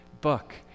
book